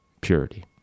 purity